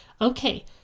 okay